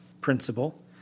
principle